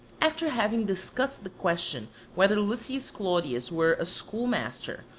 after having discussed the question whether lucius clodius were a schoolmaster,